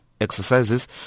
exercises